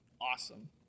awesome